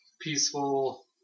peaceful